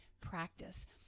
practice